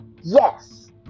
Yes